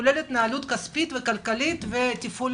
כולל התנהלות כספית וכלכלית ותפעולית.